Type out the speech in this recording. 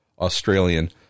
Australian